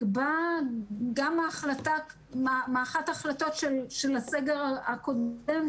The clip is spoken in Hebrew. גם אחת ההחלטות של הסגר הקודם,